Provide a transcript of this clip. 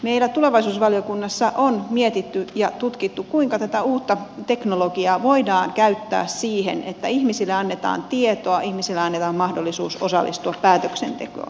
meillä tulevaisuusvaliokunnassa on mietitty ja tutkittu kuinka tätä uutta teknologiaa voidaan käyttää siihen että ihmisille annetaan tietoa ihmisille annetaan mahdollisuus osallistua päätöksentekoon